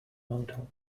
model